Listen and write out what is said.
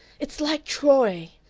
it's like troy!